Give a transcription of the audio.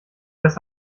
das